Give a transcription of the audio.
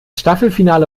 staffelfinale